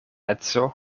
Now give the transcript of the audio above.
edzo